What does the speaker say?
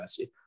Messi